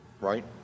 right